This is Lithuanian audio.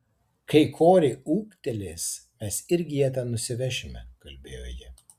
kai korė ūgtelės mes irgi ją ten nusivešime kalbėjo ji